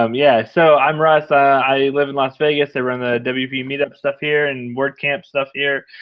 um yeah, so, i'm russ, i i live in las vegas, i run the wp meetup stuff here, and wordcamp stuff here.